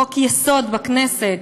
חוק-יסוד בכנסת,